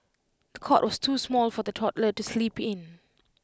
the cot was too small for the toddler to sleep in